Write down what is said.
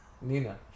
Nina